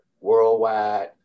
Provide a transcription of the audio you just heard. worldwide